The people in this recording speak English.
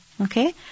okay